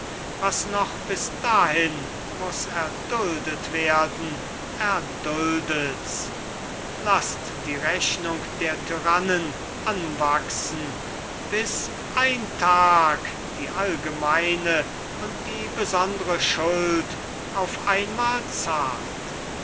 was noch bis dahin muss erduldet werden erduldet's lasst die rechnung der tyrannen anwachsen bis ein tag die allgemeine und die besondre schuld auf einmal zahlt